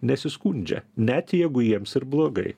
nesiskundžia net jeigu jiems ir blogai